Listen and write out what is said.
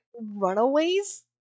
runaways